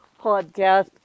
podcast